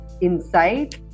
inside